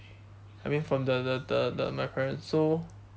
I mean from the the the the my parents so